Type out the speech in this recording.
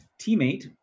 teammate